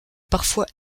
parfois